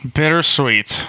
bittersweet